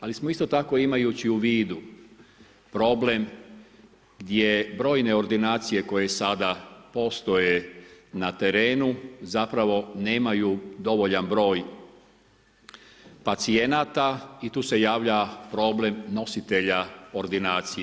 Ali smo isto tako, imajući u vidu problem gdje brojne ordinacije koje sada postoje na terenu, zapravo nemaju dovoljan broj pacijenata i tu se javlja problem nositelja ordinacije.